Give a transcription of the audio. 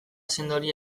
sendoari